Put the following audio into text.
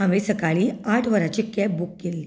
हांवें सकाळीं आठ वरांचेर कॅब बूक केल्ली